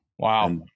Wow